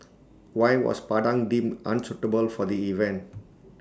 why was Padang deemed unsuitable for the event